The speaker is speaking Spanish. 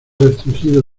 restringido